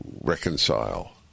reconcile